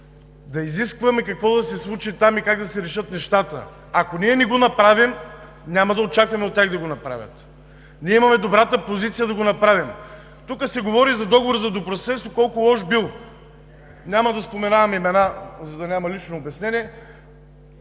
да изискваме какво да се случи там и как да се решат нещата. Ако ние не го направим, няма да очакваме от тях да го направят. Ние имаме добрата позиция да го направим. Тук се говори колко лош бил Договорът за добросъседство. Няма да споменавам имена, за да няма лично обяснение.